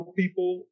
people